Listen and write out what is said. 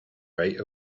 rate